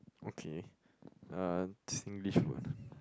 okay uh Singlish word